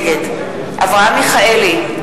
נגד אברהם מיכאלי,